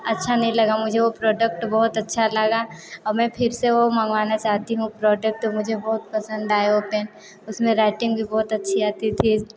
अच्छा नहीं लगा मुझे वह प्रोडक्ट बहुत अच्छा लगा और मैं फिर से वह मंगवाना चाहती हूँ प्रोडक्ट मुझे बहुत पसंद आए वह पेन उसमें राइटिंग भी बहुत अच्छी आती थी